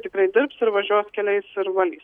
tikrai dirbs ir važiuos keliais ir valys